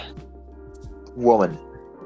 woman